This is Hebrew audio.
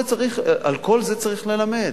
על כל זה צריך ללמד.